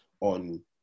on